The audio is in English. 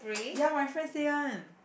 ya my friend say one